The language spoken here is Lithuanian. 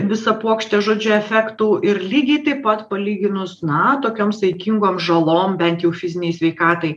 visa puokšte žodžiu efektų ir lygiai taip pat palyginus na tokiom saikingom žalom bent jau fizinei sveikatai